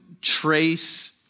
trace